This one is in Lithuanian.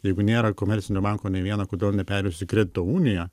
jeigu nėra komercinių bankų nei vieno kodėl neperėjus į kredito uniją